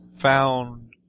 found